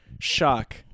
shock